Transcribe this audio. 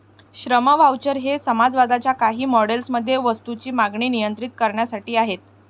श्रम व्हाउचर हे समाजवादाच्या काही मॉडेल्स मध्ये वस्तूंची मागणी नियंत्रित करण्यासाठी आहेत